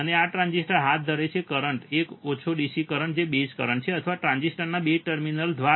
અને આ ટ્રાન્ઝિસ્ટર હાથ ધરે છે કરંટ એક ઓછો DC કરંટ જે બેઝ કરંટ છે અથવા ટ્રાન્ઝિસ્ટરના બેઝ ટર્મિનલ દ્વારા